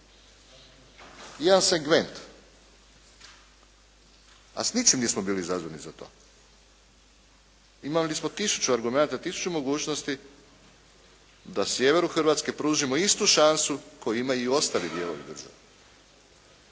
Jedan segment, a s ničim nismo bili izazvani za to, imali smo tisuću argumenata, tisuću mogućnosti da sjeveru Hrvatske pružimo istu šansu koju imaju i ostali dijelovi Hrvatske,